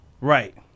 Right